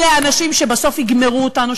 אלה האנשים שבסוף יגמרו אותנו,